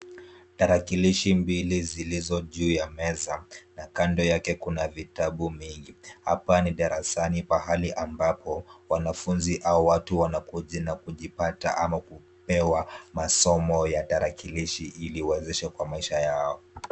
Tarakilishi mbili zilizo juu ya meza na kando yake kuna vitabu vingi. Hapa ni darasani pahali ambapo wanafunzi au watu wanakuja na kujipata au kupewa somo ya tarakilishi ili iwaezeshe kwa maisha yao.